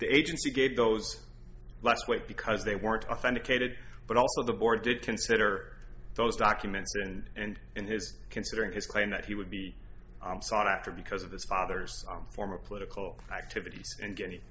agency gave those less weight because they weren't authenticated but also the board did consider those documents and in his considering his claim that he would be sought after because of his father's former political activities and